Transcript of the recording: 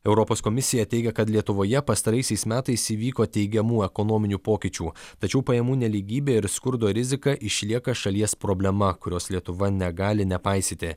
europos komisija teigia kad lietuvoje pastaraisiais metais įvyko teigiamų ekonominių pokyčių tačiau pajamų nelygybė ir skurdo rizika išlieka šalies problema kurios lietuva negali nepaisyti